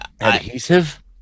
adhesive